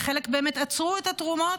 וחלק באמת עצרו את התרומות,